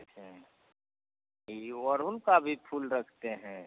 ई अड़हूल का भी फूल रखते हैं